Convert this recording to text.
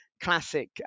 classic